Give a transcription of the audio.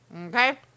Okay